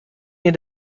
mir